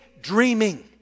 dreaming